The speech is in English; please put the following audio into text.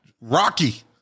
Rocky